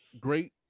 great